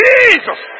Jesus